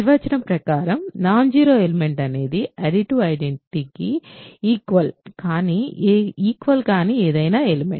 నిర్వచనం ప్రకారం non zero element అనేది అడిటివ్ ఐడెంటిటీ కి ఈక్వల్ కాని ఏదైనా ఎలిమెంట్